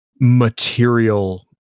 material